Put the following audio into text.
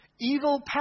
Evil